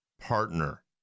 partner